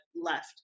left